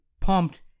pumped